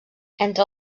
entre